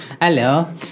Hello